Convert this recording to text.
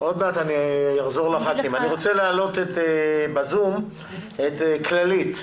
אני רוצה להעלות בזום את נציג קופ"ח כללית.